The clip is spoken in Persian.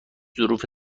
ظروف